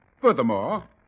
Furthermore